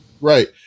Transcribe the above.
Right